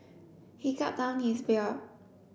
he gulped down his beer